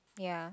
ya